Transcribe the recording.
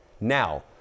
now